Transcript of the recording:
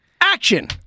Action